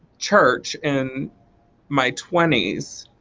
church in my twenty s.